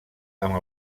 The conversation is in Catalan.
amb